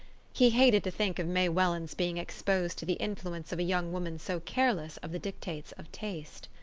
he hated to think of may welland's being exposed to the influence of a young woman so careless of the dictates of taste.